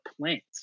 plants